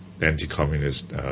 anti-communist